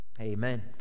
Amen